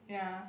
ya